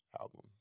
album